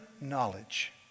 knowledge